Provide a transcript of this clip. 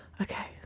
okay